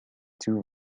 two